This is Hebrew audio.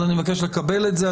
אני מבקש לקבל את זה.